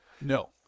No